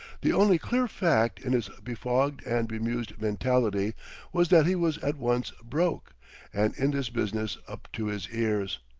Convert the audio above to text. the only clear fact in his befogged and bemused mentality was that he was at once broke and in this business up to his ears.